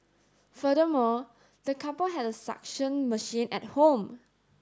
furthermore the couple had a suction machine at home